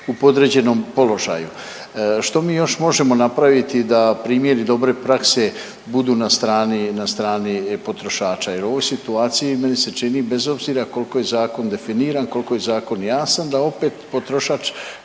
u podređenom položaju. Što mi još možemo napraviti da primjeri dobre prakse budu na strani potrošača, jer u ovoj situaciji meni se čini bez obzira koliko je zakon definiran, koliko je zakon jasan da opet potrošač